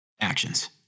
Actions